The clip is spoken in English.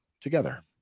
together